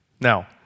Now